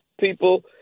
people